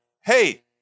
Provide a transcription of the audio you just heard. hey